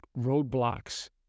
roadblocks